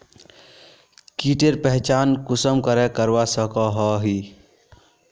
कीटेर पहचान कुंसम करे करवा सको ही?